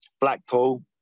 Blackpool